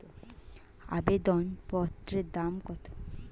আবেদন পত্রের দাম কত?